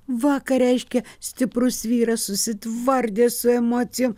va ką reiškia stiprus vyras susitvardė su emocijom